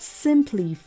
simply